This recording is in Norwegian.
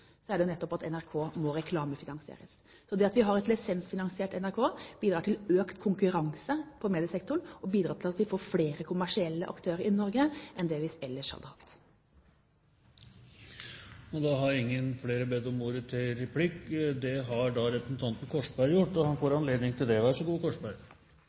Så det at vi har et lisensfinansiert NRK, bidrar til økt konkurranse på mediesektoren og til at vi får flere kommersielle aktører i Norge enn det vi ellers hadde hatt. Flere har ikke bedt om ordet til replikk …– Det har representanten Korsberg gjort, og han får